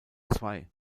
zwei